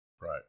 Right